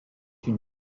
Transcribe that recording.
une